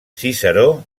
ciceró